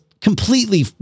completely